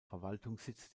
verwaltungssitz